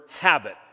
habit